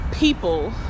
people